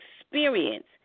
experience